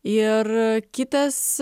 ir kitas